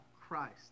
Christ